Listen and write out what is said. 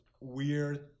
weird